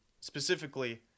specifically